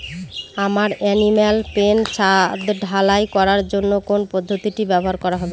আমার animal pen ছাদ ঢালাই করার জন্য কোন পদ্ধতিটি ব্যবহার করা হবে?